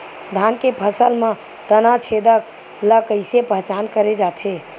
धान के फसल म तना छेदक ल कइसे पहचान करे जाथे?